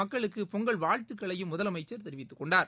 மக்களுக்கு பொங்கல் வாழ்த்துக்களையும் முதலமைச்சர் தெரிவித்தார்